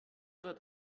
wird